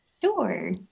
Sure